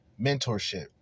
mentorship